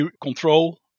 control